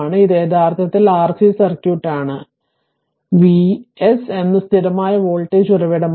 ഇത് യഥാർത്ഥത്തിൽ RC circuit ആണ് ഇത് ആർസി സർക്യൂട്ട് വി എസ് ഒരു സ്ഥിരമായ വോൾട്ടേജ് ഉറവിടമാണ്